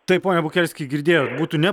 taip pone bukelski girdėjot būtų ne